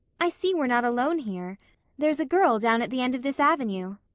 i see we're not alone here there's a girl down at the end of this avenue.